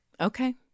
Okay